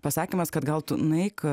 pasakymas kad gal tu nueik